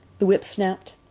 the whips snapped,